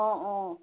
অঁ অঁ